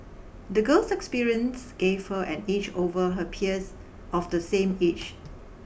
the girl's experiences gave her an edge over her peers of the same age